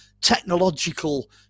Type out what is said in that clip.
technological